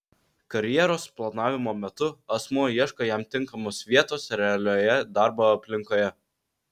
karjeros planavimo metu asmuo ieško jam tinkamos vietos realioje darbo aplinkoje